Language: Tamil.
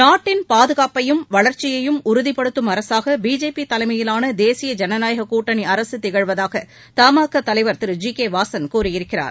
நாட்டின் பாதுகாப்பையும் வளர்ச்சியையும் உறுதிப்படுத்தும் அரசாக பிஜேபி தலைமையிலான தேசிய ஜனநாயக கூட்டணி அரசு திகழ்வதாக த மாகா தலைவர் திரு ஜி கே வாசன் கூறியிருக்கிறார்